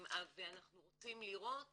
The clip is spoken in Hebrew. ואנחנו רוצים לראות